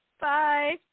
Bye